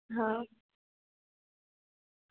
હા